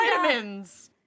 vitamins